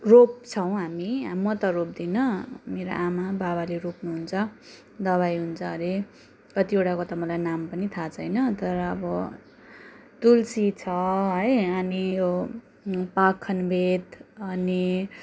रोप्छौँ हामी म त रोप्दिनँ मेरो आमा बाबाले रोप्नुहुन्छ दबाई हुन्छ हरे कतिवटाको त मलाई नाम पनि थाहा छैन तर अब तुलसी छ है हामी यो पाखनबेत अनि